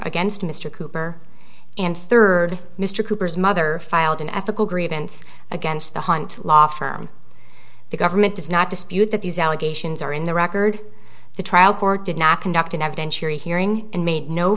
against mr cooper and third mr cooper's mother filed an ethical grievance against the hunt law firm the government does not dispute that these allegations are in the record the trial court did not conduct an evidentiary hearing and made no